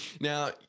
Now